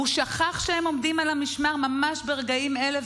הוא שכח שהם עומדים על המשמר ממש ברגעים אלה,